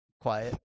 Quiet